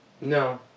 No